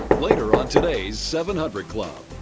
later on today's seven hundred club.